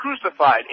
crucified